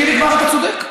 חיליק בר, אתה צודק.